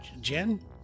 Jen